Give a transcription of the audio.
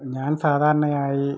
ഞാൻ സാധാരണയായി